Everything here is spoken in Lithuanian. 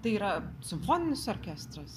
tai yra simfoninis orkestras